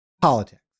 politics